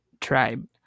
tribe